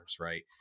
right